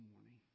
morning